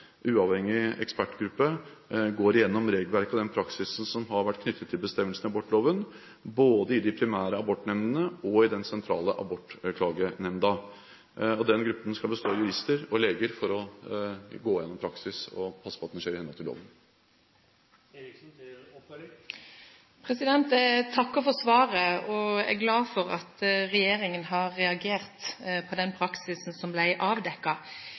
uavhengig ekspertgruppe, går igjennom regelverket og den praksisen som har vært knyttet til bestemmelsen i abortloven, både i de primære abortnemndene og i den sentrale abortklagenemnden. Den gruppen skal bestå av jurister og leger for å gå gjennom praksis og passe på at det skjer i henhold til loven. Jeg takker for svaret. Jeg er glad for at regjeringen har reagert på den praksisen som